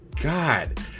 god